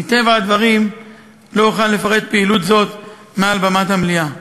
מטבע הדברים לא אוכל לפרט פעילות זאת מעל במת המליאה.